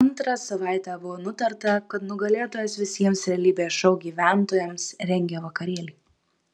antrą savaitę buvo nutarta kad nugalėtojas visiems realybės šou gyventojams rengia vakarėlį